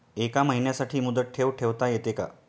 एका महिन्यासाठी मुदत ठेव ठेवता येते का?